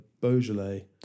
Beaujolais